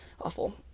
Awful